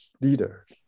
leaders